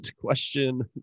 question